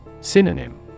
Synonym